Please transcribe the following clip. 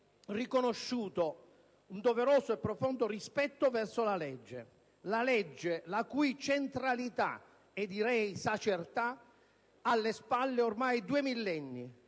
riconosciuto un doveroso e profondo rispetto verso la legge, la cui centralità e, direi anche sacertà, ha alle spalle ormai due millenni